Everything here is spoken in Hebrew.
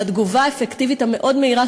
והתגובה האפקטיבית המאוד-מהירה,